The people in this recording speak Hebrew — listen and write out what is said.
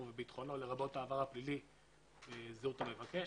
וביטחוני לרבות העבר הפלילי וזהות המבקש.